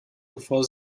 bevor